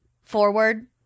forward